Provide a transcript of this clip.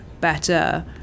better